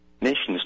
Nations